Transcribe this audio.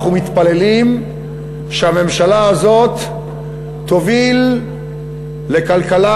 אנחנו מתפללים שהממשלה הזאת תוביל לכלכלה